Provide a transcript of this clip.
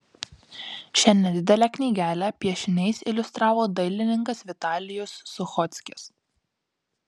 šią nedidelę knygelę piešiniais iliustravo dailininkas vitalijus suchockis